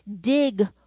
dig